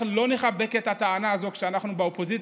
אנחנו לא נחבק את הטענה הזאת כשאנחנו באופוזיציה,